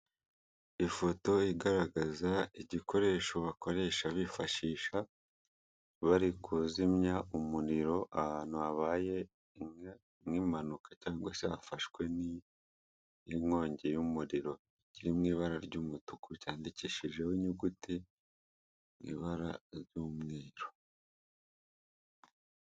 Ifoto igaragaza igikoresho bakoresha bifashisha, bari kuzimya umuriro ahantu habaye in nk'impanuka cyangwa se hafashwe n'inkongi y'umuriro, kiri mu ibara ry'umutuku cyanyandikishijeho inyuguti mu ibara ry'umweru.